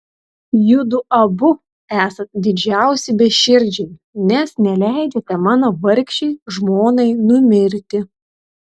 judu abu esat didžiausi beširdžiai nes neleidžiate mano vargšei žmonai numirti